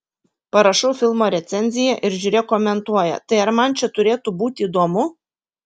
parašau filmo recenziją ir žiūrėk komentuoja tai ar man čia turėtų būti įdomu